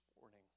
morning